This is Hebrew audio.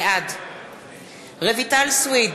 בעד רויטל סויד,